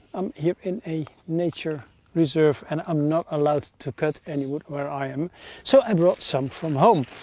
i'm here in a nature reserve and i'm not allowed to cut any wood where i am so i brought some from home.